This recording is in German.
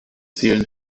zählen